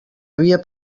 havia